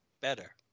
better